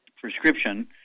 Prescription